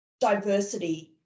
diversity